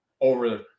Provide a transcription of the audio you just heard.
over